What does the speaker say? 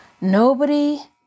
Nobody